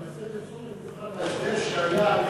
אני מסב את תשומת לבך להסדר שהיה עם